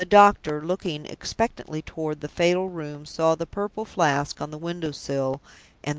and the doctor, looking expectantly toward the fatal room, saw the purple flask on the window-sill,